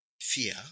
Fear